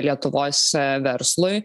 lietuvos verslui